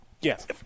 yes